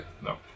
No